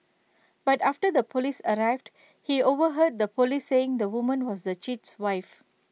but after the Police arrived he overheard the Police saying the woman was the cheat's wife